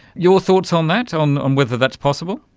your thoughts on that, on on whether that's possible?